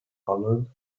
colored